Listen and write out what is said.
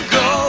go